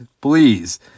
please